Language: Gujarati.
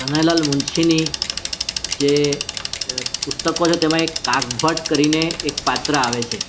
કનૈયાલાલ મુનશીની જે પુસ્તકો છે તેમાં એક કાગભટ્ટ કરીને એક પાત્ર આવે છે